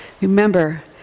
Remember